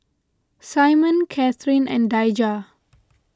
Simeon Cathrine and Daija